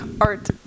art